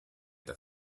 that